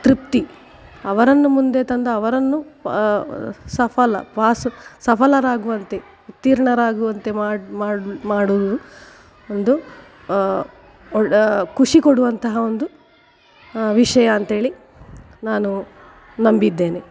ತೃಪ್ತಿ ಅವರನ್ನು ಮುಂದೆ ತಂದು ಅವರನ್ನು ಸಫಲ ಪಾಸು ಸಫಲರಾಗುವಂತೆ ಉತ್ತೀರ್ಣರಾಗುವಂತೆ ಮಾಡಿ ಮಾಡ್ಲ್ ಮಾಡುವುದು ಒಂದು ಒಡಾ ಖುಷಿ ಕೊಡುವಂತಹ ಒಂದು ವಿಷಯ ಅಂತ್ಹೇಳಿ ನಾನು ನಂಬಿದ್ದೇನೆ